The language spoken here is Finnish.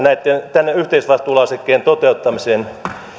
tämän yhteisvastuulausekkeen toteuttamiseen